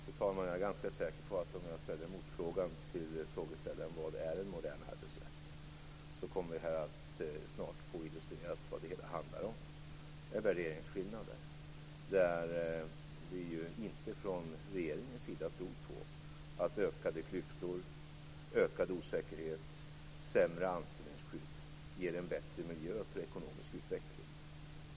Fru talman! Om jag ställer motfrågan "Vad är en modern arbetsrätt?" till frågeställaren är jag ganska säker på att vi snart kommer att få illustrerat vad det hela handlar om. Det är värderingsskillnader. Vi tror inte från regeringens sida på att ökade klyftor, ökad osäkerhet och sämre anställningsskydd ger en bättre miljö för ekonomisk utveckling.